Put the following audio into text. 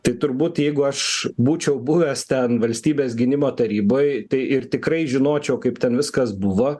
tai turbūt jeigu aš būčiau buvęs ten valstybės gynimo taryboj tai ir tikrai žinočiau kaip ten viskas buvo